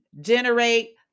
generate